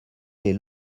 les